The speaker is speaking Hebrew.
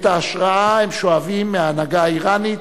את ההשראה הם שואבים מההנהגה האירנית,